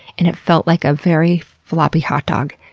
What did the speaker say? and it felt like a very floppy hot dog.